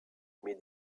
mais